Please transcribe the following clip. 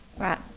Right